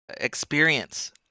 experience